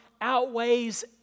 outweighs